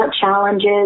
challenges